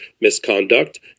misconduct